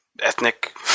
ethnic